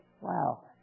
wow